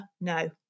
no